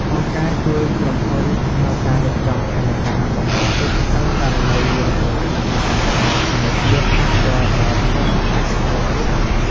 អង្គការជួយក្រុមហ៊ុនក្នុងការរៀបចំផែនការបម្រុងទុក ក្នុងករណីមានគ្រោះមហន្តរាយធម្មជាតិប៉ះពាល់ដល់ខ្សែសង្វាក់ផលិតកម្ម។